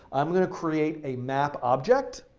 i'm going to create a map object.